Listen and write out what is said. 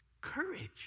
courage